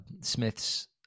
Smith's